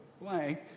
blank